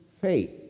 faith